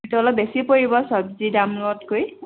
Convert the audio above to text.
হেইটো অলপ বেছি পৰিব চবজি দামতকৈ